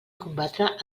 combatre